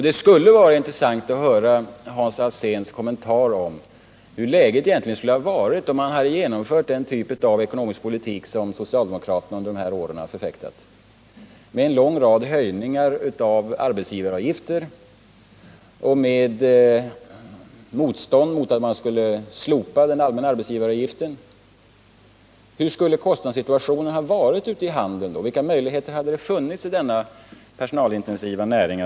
Det skulle vara intressant att höra Hans Alséns kommentar till hur läget egentligen skulle ha varit om man hade fört den typ av ekonomisk politik — med en lång rad höjningar av arbetsgivaravgifterna och med motstånd mot slopandet av den allmänna arbetsgivaravgiften — som socialdemokraterna under de här åren har förfäktat. Hur skulle kostnadssituationen ha varit ute i handeln? Vilka möjligheter hade funnits att göra sig gällande i denna personalintensiva näring?